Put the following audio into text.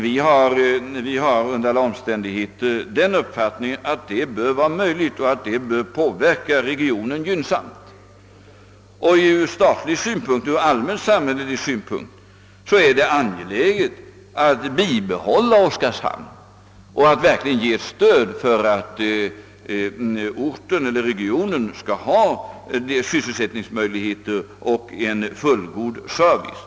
Vi har under alla omständigheter den uppfattningen att det bör vara möjligt och att det bör påverka regionen gynnsamt. Ur samhällelig synpunkt är det angeläget att ge stöd åt Oskarshamn så att orten och regionen kan erbjuda sysselsättningsmöjligheter och fullgod service.